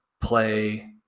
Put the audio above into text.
play